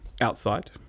outside